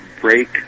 break